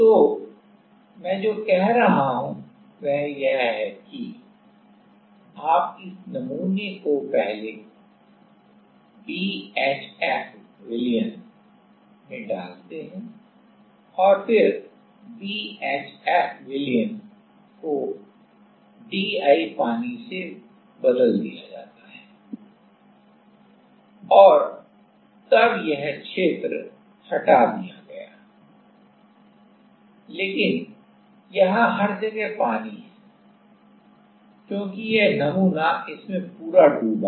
तो मैं जो कह रहा हूं वह यह है कि आप इस नमूने को पहले BHF विलयन में डालते हैं और फिर BHF विलयन को DI पानी से बदल दिया और तब यह region क्षेत्र हटा दिया गया लेकिन यहां हर जगह पानी है क्योंकि यह नमूना इसमें पूरा डूबा है